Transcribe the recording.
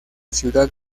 ciudad